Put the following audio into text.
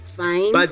fine